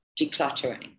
decluttering